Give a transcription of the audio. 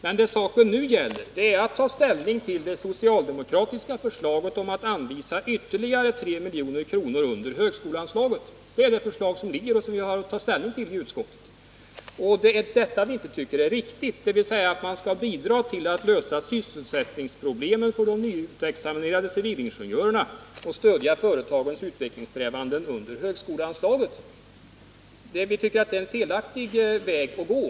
Men vad saken nu gäller är att ta ställning till det socialdemokratiska förslaget om att anvisa ytterligare 3 milj.kr. under högskoleanslaget. Det är det förslag vi haft att ta ställning till i utskottet. Vi tycker inte att det är riktigt att man via högskoleanslaget skall bidra till att lösa sysselsättningsproblemen för de nyutexaminerade civilingenjörerna och stödja företagens utvecklingssträvanden. Det är enligt vår mening en felaktig väg att gå.